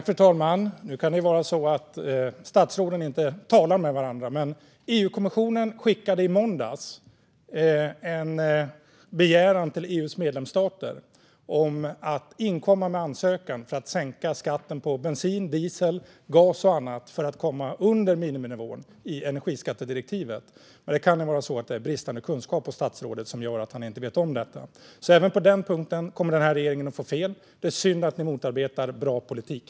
Fru talman! Nu kan det vara så att statsråden inte talar med varandra. EU-kommissionen skickade i måndags en begäran till EU:s medlemsstater om att inkomma med ansökan för att sänka skatten på bensin, diesel, gas och annat för att komma under miniminivån i energiskattedirektivet. Det kan vara så att det är bristande kunskap hos statsrådet som gör att han inte vet om detta. Även på den punkten kommer den här regeringen att få fel. Det är synd att ni motarbetar bra politik.